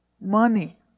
Money